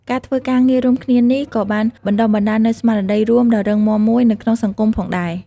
ការធ្វើការងាររួមគ្នានេះក៏បានបណ្ដុះបណ្ដាលនូវស្មារតីរួមដ៏រឹងមាំមួយនៅក្នុងសង្គមផងដែរ។